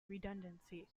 redundancy